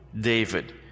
David